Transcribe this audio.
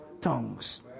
tongues